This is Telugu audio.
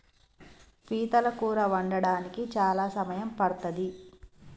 పీతల కూర వండడానికి చాలా సమయం పడ్తది